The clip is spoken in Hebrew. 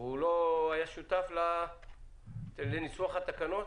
הוא לא היה שותף לניסוח התקנות?